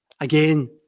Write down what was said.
again